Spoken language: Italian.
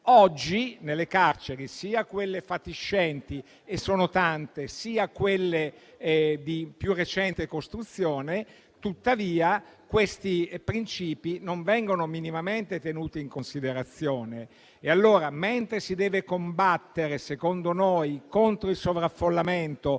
Oggi nelle carceri, sia quelle fatiscenti (e sono tante), sia quelle di più recente costruzione, questi principi non vengono minimamente tenuti in considerazione. Allora, secondo noi, mentre si deve combattere contro il sovraffollamento